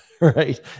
right